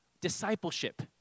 discipleship